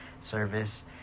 service